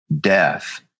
death